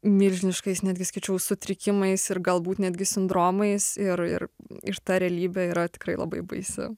milžiniškais netgi sakyčiau sutrikimais ir galbūt netgi sindromais ir ir ir ta realybė yra tikrai labai baisi